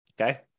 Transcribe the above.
okay